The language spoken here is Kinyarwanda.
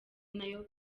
nayo